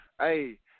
Hey